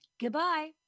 goodbye